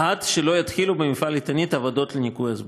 עד שלא יתחילו במפעל "איתנית" עבודות לניקוי אזבסט.